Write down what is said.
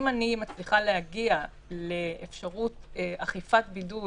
אם אני מצליחה להגיע לאפשרות אכיפת בידוד